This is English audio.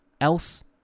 else